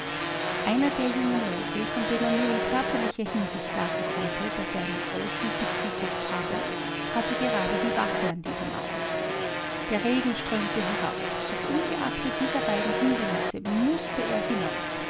einer der jungen leute von dem man nur in körperlicher hinsicht sagen konnte daß er einen großen dicken kopf habe hatte gerade die wache an diesem abend der regen strömte herab doch ungeachtet dieser beiden hindernisse mußte er hinaus